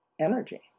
energy